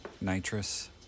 nitrous